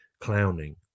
clowning